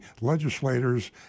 legislators